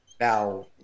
Now